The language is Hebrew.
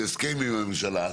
בהסכם עם הממשלה,